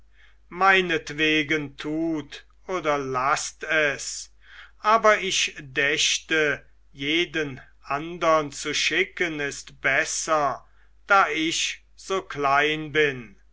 meinetwegen tut oder laßt es aber ich dächte jeden andern zu schicken ist besser da ich so klein bin